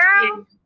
girl